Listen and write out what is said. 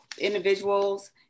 individuals